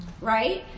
Right